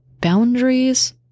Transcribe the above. boundaries